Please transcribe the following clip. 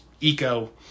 Eco